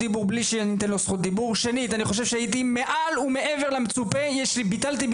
שבעצם כמו שנאמר קודם,